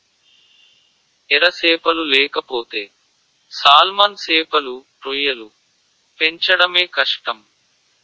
ఎర సేపలు లేకపోతే సాల్మన్ సేపలు, రొయ్యలు పెంచడమే కష్టం